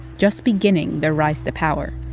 just beginning their rise to power.